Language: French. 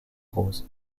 rose